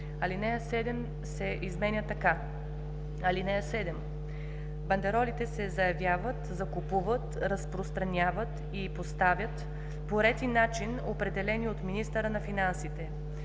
алинея 7 се изменя така: „(7) Бандеролите се заявяват, закупуват, разпространяват и поставят по ред и начин, определени от министъра на финансите.